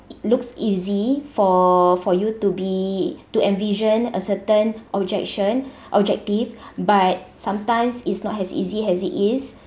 looks easy for for you to be to envision a certain objection objective but sometimes it's not as easy as it is